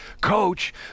coach